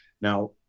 Now